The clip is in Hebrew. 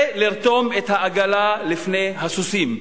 זה לרתום את העגלה לפני הסוסים.